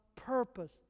purpose